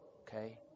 okay